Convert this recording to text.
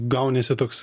gaunasi toks